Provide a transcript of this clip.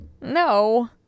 No